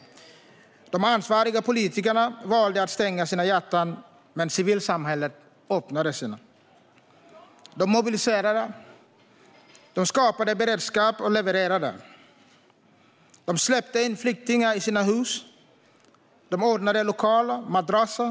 De ansvariga politikerna valde att stänga sina hjärtan, men civilsamhället öppnade sina. De mobiliserade, skapade beredskap och levererade. De släppte in flyktingar i sina hus och ordnade lokaler och madrasser.